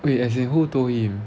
wait as in who told him